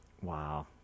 Wow